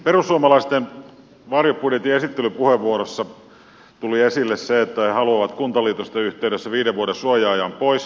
perussuomalaisten varjobudjetin esittelypuheenvuorossa tuli esille se että he haluavat kuntaliitosten yhteydessä viiden vuoden suoja ajan pois